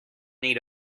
need